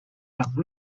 have